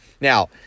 Now